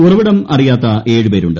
ഉറവിടം അറിയാത്ത ഏഴ് പേരുണ്ട്